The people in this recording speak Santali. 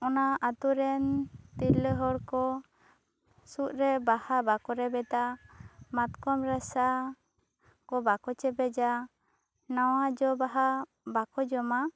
ᱚᱱᱟ ᱟᱛᱳ ᱨᱮᱱ ᱛᱤᱨᱞᱟᱹ ᱦᱚᱲ ᱠᱚ ᱥᱩᱫ ᱨᱮ ᱵᱟᱦᱟ ᱵᱟᱠᱚ ᱨᱮᱵᱮᱫᱟ ᱢᱟᱛᱠᱚᱢ ᱨᱟᱥᱟ ᱠᱚ ᱵᱟᱠᱚ ᱪᱮᱯᱮᱡᱟ ᱱᱟᱣᱟ ᱡᱚ ᱵᱟᱦᱟ ᱵᱟᱠᱚ ᱡᱚᱢᱟ